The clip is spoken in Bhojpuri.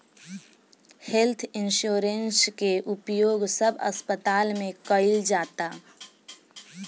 हेल्थ इंश्योरेंस के उपयोग सब अस्पताल में कईल जाता